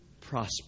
prosper